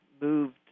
moved